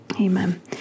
Amen